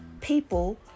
people